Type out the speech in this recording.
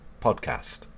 Podcast